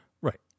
Right